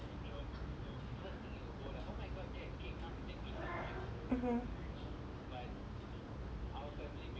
mmhmm